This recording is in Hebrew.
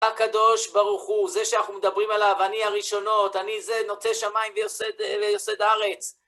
תודה הקדוש ברוך הוא. זה שאנחנו מדברים עליו, אני הראשונות, אני זה נוטה שמיים ויוסד ההארץ.